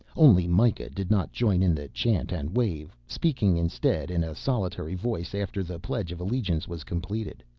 only mikah did not join in the chant-and-wave, speaking instead in a solitary voice after the pledge of allegiance was completed.